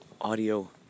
Audio